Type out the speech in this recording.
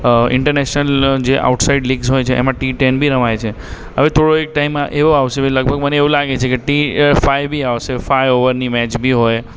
અ international જે outside leagues હોય છે એમાં ટી ટેન બી રમાય છે હવે થોડો એક ટાઇમ એવો આવશે કે લગભગ મને એવું લાગે છે કે ટી ફાઇવ બી આવશે ફાઇવ ઓવરની મેચ બી હોય